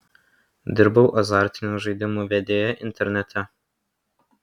dirbau azartinių žaidimų vedėja internete